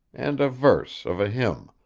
and a verse of a hymn,